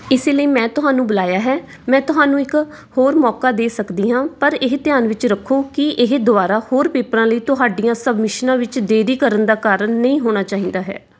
ਇਸੇ ਲਈ ਮੈਂ ਤੁਹਾਨੂੰ ਬੁਲਾਇਆ ਹੈ ਮੈਂ ਤੁਹਾਨੂੰ ਇੱਕ ਹੋਰ ਮੌਕਾ ਦੇ ਸਕਦੀ ਹਾਂ ਪਰ ਇਹ ਧਿਆਨ ਵਿੱਚ ਰੱਖੋ ਕਿ ਇਹ ਦੁਬਾਰਾ ਹੋਰ ਪੇਪਰਾਂ ਲਈ ਤੁਹਾਡੀਆਂ ਸਬਮਿਸ਼ਨਾਂ ਵਿੱਚ ਦੇਰੀ ਕਰਨ ਦਾ ਕਾਰਨ ਨਹੀਂ ਹੋਣਾ ਚਾਹੀਂਦਾ ਹੈ